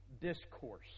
discourse